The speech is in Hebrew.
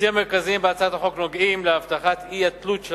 הנושאים המרכזיים בהצעת החוק נוגעים להבטחת אי-התלות של